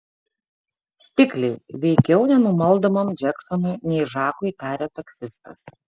stikliai veikiau nenumaldomam džeksonui nei žakui tarė taksistas